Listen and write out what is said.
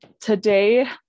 today